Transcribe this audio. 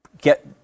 get